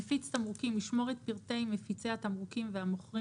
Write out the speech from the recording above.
מפיץ תמרוקים ישמור את פרטי מפיצי התמרוקים והמוכרים